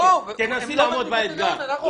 אוקי, תנסי לעמוד באתגר.